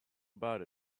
about